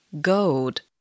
gold